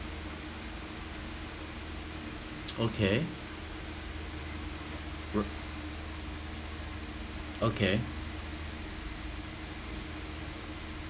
okay w~ okay